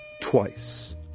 twice